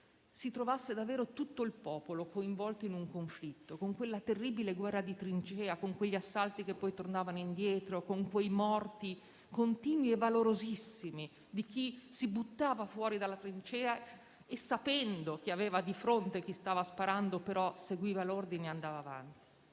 si trovasse davvero tutto il popolo coinvolto in un conflitto, con quella terribile guerra di trincea, con quegli assalti che poi tornavano indietro, con quelle morti continue e quei valorosissimi che si buttavano fuori dalla trincea e, pur sapendo che avevano di fronte chi stava sparando, seguivano l'ordine e andavano avanti.